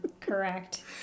Correct